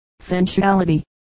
Sensuality